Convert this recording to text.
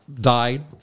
died